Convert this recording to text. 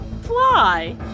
fly